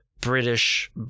British